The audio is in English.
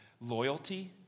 loyalty